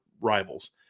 rivals